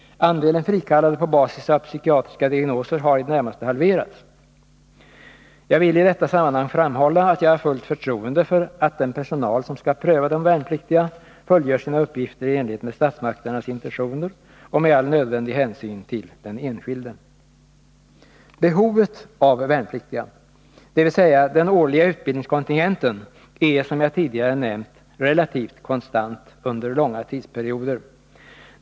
Andelen frikallade på basis av psykiatriska diagnoser har i det närmaste halverats. Jag vill i detta sammanhang framhålla, att jag har fullt förtroende för att den personal som skall pröva de värnpliktiga fullgör sina uppgifter i enlighet med statsmakternas intentioner och med all nödvändig hänsyn till den enskilde. Behovet av värnpliktiga, dvs. den årliga utbildningskontingenten är — som jag tidigare nämnt — relativt konstant under långa tidsperioder.